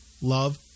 love